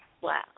Wow